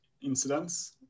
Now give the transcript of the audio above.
incidents